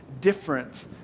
different